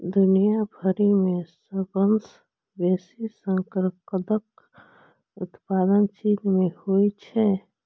दुनिया भरि मे सबसं बेसी शकरकंदक उत्पादन चीन मे होइ छै